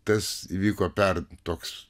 tas įvyko per toks